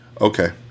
Okay